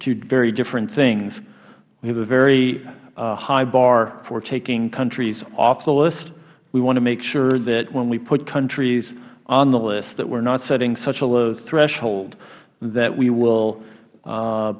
two very different things we have a very high bar for taking countries off the list we want to make sure that when we put countries on the list that we are not setting such a low threshold that we will